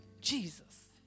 Jesus